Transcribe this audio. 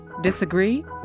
Disagree